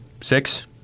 Six